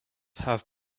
have